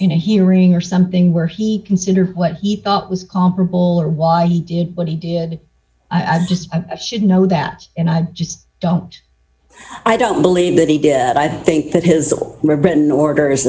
in a hearing or something where he consider what he thought was comparable or why he did what he did i just a should know that and i just don't i don't believe that he did i think that his written orders